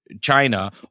China